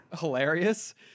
hilarious